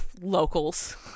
Locals